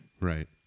right